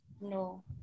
No